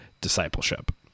discipleship